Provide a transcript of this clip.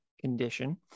condition